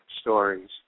stories